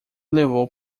levou